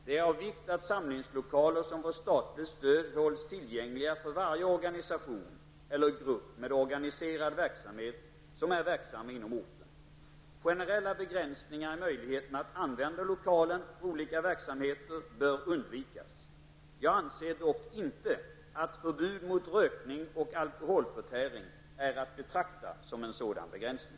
Det är av vikt att samlingslokaler som får statligt stöd hålls tillgängliga för varje organisation eller grupp med organiserad verksamhet som är verksam inom orten. Generella begränsningar i möjligheten att använda lokalen för olika verksamheter bör undvikas. Jag anser dock inte att förbud mot rökning och alkoholförtäring är att betrakta som en sådan begränsning.